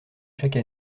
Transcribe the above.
chaque